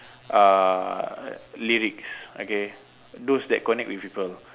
uh lyrics okay those that connect with people